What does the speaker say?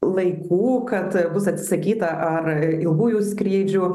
laikų kad bus atsisakyta ar ilgųjų skrydžių